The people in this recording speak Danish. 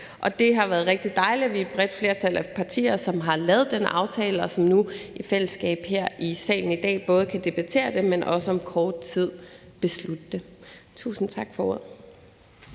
Det har været rigtig dejligt, at vi er et bredt flertal af partier, som har lavet den aftale, og som nu i fællesskab her i salen i dag både kan debattere det, men også om kort tid beslutte det. Tusind tak for ordet.